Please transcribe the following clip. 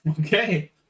Okay